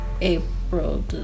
April